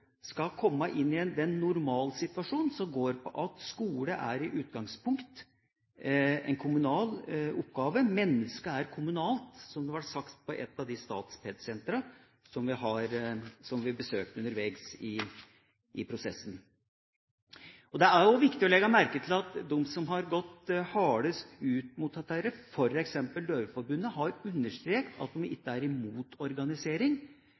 skal komme inn i en normalsituasjon, som går ut på at skole i utgangspunktet er en kommunal oppgave. Mennesket er kommunalt – som det ble sagt på et av de Statped-sentrene som vi besøkte underveis i prosessen. Det er viktig å legge merke til at de som har gått hardest ut mot dette, f.eks. Døveforbundet, har understreket at de ikke er imot organisering,